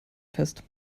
fest